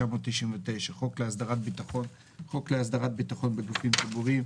"חוק להסדרת הביטחון" חוק להסדרת הביטחון בגופים ציבוריים,